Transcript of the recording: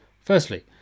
Firstly